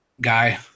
guy